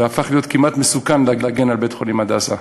הפך להיות כמעט מסוכן להגן על בית-חולים "הדסה".